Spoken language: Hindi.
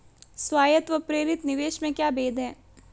स्वायत्त व प्रेरित निवेश में क्या भेद है?